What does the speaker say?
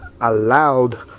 allowed